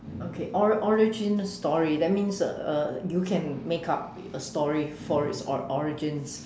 okay ori~ origin story that means uh uh you can make up a story for its or~ origins